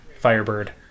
Firebird